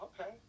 okay